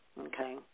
okay